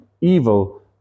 evil